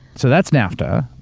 so that's nafta.